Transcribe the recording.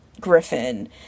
griffin